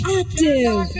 active